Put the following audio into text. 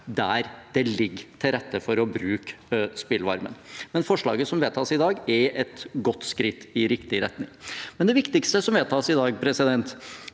der det ligger til rette for å bruke spillvarmen, men forslaget som vedtas, er et godt skritt i riktig retning. Det viktigste som vedtas i denne saken,